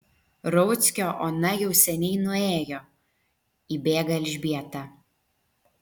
rauckio ona jau seniai nuėjo įbėga elžbieta